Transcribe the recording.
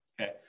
Okay